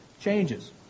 changes